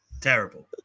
terrible